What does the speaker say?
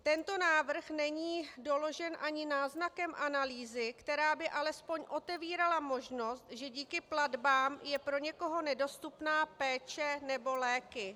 Tento návrh není doložen ani náznakem analýzy, která by alespoň otevírala možnost, že díky platbám je pro někoho nedostupná péče nebo léky.